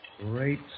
Great